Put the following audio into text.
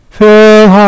fill